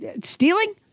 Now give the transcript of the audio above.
stealing